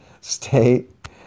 state